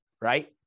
Right